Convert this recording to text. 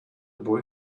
boy